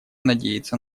надеяться